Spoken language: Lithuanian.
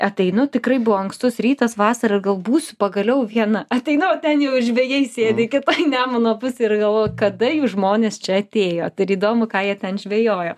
ateinu tikrai buvo ankstus rytas vasara gal būsiu pagaliau viena ateinu o ten jau žvejai sėdi kitoj nemuno pusėj ir galvojau kada jūs žmonės čia atėjot ir įdomu ką jie ten žvejojo